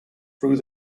through